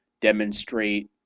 Demonstrate